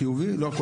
אחר